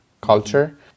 culture